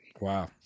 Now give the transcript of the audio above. Wow